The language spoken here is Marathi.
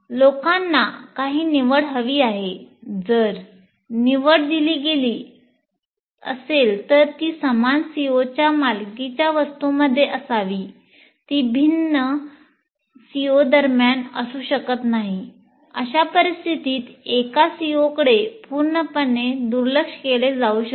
लोकांना काही निवड हवी आहे जर निवड दिली गेली असेल तर ती समान COच्या मालकीच्या वस्तूंमध्ये असावी ती दोन भिन्न CO दरम्यान असू शकत नाही अशा परिस्थितीत एका COकडे पूर्णपणे दुर्लक्ष केले जाऊ शकते